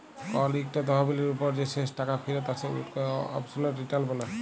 call ইকট তহবিলের উপর যে শেষ টাকা ফিরত আসে উটকে অবসলুট রিটার্ল ব্যলে